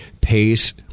pays